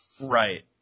Right